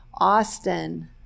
Austin